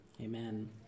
Amen